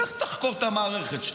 לך תחקור את המערכת שלך,